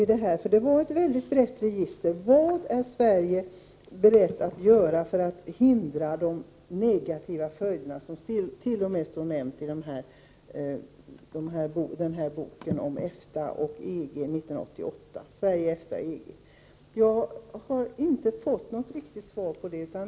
Men vad är man från svensk sida beredd att göra för att se till att detta arbete inte får de negativa följder som t.o.m. omnämns i regeringens rapport Sverige EFTA-EG 1988? Jag har inte fått något riktigt svar från socialministern.